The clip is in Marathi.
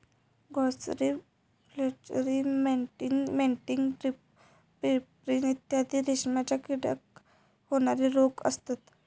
ग्रासेरी फ्लेचेरी मॅटिन मॅटिन पेब्रिन इत्यादी रेशीमच्या किड्याक होणारे रोग असत